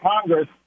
Congress